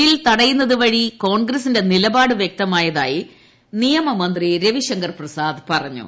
bill തടയുന്നതുവഴി കോൺഗ്രസിന്റെ നിലപാട് വ്യക്തമായതായി നിയമമന്ത്രി രവി ശങ്കർ പ്രസാദ് പറഞ്ഞു